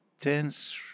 tense